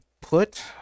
put